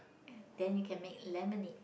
ya then you can make lemonade